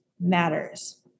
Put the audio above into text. matters